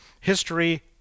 History